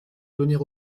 donner